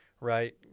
right